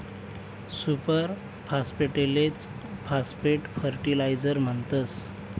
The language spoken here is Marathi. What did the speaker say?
सुपर फास्फेटलेच फास्फेट फर्टीलायझर म्हणतस